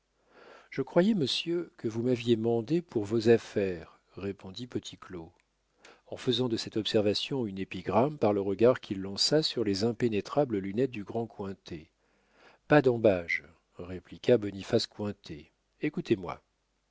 je croyais monsieur que vous m'aviez mandé pour vos affaires répondit petit claud en faisant de cette observation une épigramme par le regard qu'il lança sur les impénétrables lunettes du grand cointet pas d'ambages répliqua boniface cointet écoutez-moi